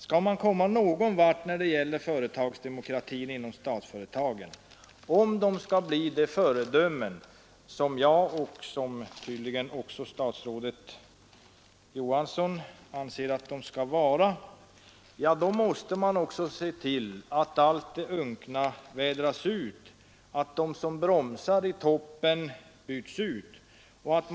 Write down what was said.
Skall man komma någon vart när det gäller företagsdemokratin inom statsföretagen och om de skall bli de föredömen som jag och tydligen också herr statsrådet Johansson anser att de bör vara, måste man se till att allt det unkna vädras ut och att de som bromsar i toppen byts ut.